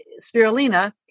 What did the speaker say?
spirulina